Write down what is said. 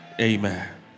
Amen